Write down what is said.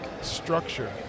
structure